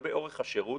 לגבי אורך השירות